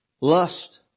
Lust